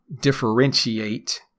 differentiate